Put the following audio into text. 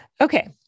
Okay